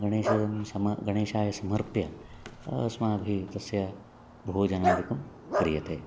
गणेशं गणेशाय समर्प्य अस्माभिः तस्य भोजनादिकं क्रियते